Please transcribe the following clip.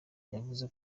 yavuze